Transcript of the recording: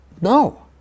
No